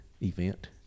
event